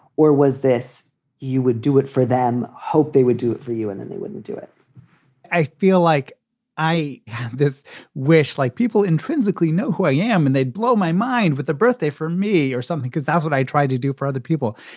or was this you would do it for them? hope they would do it for you and then they wouldn't do it i feel like i have this wish like people intrinsically know who i am and they'd blow my mind with a birthday for me or something, cause that's what i tried to do for other people.